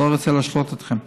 אני לא רוצה להשלות אתכם.